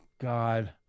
God